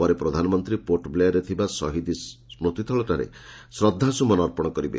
ପରେ ପ୍ରଧାନମନ୍ତ୍ରୀ ପୋର୍ଟବ୍ଲେୟାର୍ରେ ଥିବା ଶହୀଦ ସ୍କତିସ୍ଥଳଠାରେ ଶ୍ରଦ୍ଧାସ୍ତୁମନ ଅର୍ପଣ କରିବେ